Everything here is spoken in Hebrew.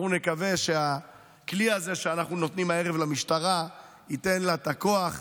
אנחנו נקווה שהכלי הזה שאנחנו נותנים הערב למשטרה ייתן לה את הכוח.